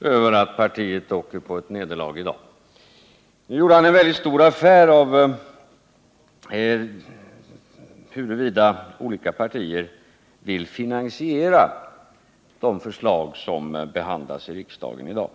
över att partiet nu åker på ett nederlag. Nu gjorde han en väldigt stor affär av huruvida olika partier vill finansiera de förslag som behandlas i riksdagen i dag.